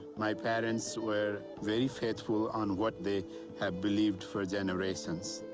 my parents were very faithful on what they had believed for generations.